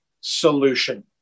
solution